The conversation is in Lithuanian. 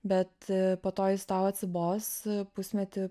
bet po to jis tau atsibos pusmetį